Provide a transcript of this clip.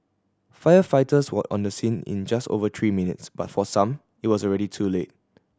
firefighters were on the scene in just over three minutes but for some it was already too late